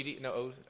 No